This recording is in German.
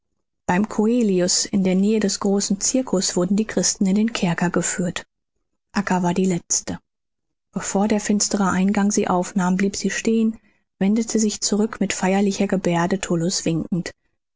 beim coelius in der nähe des großen cirkus wurden die christen in den kerker geführt acca war die letzte bevor der finstere eingang sie aufnahm blieb sie stehen wendete sich zurück mit feierlicher gebärde tullus winkend